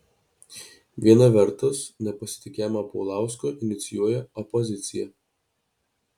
viena vertus nepasitikėjimą paulausku inicijuoja opozicija